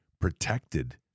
protected